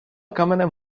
kamenem